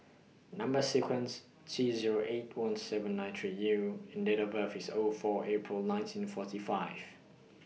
Number sequence T Zero eight one seven nine three U and Date of birth IS O four April nineteen forty five